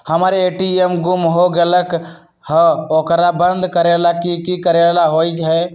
हमर ए.टी.एम गुम हो गेलक ह ओकरा बंद करेला कि कि करेला होई है?